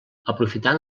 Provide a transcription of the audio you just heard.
aprofitant